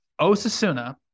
Osasuna